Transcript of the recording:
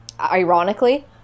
ironically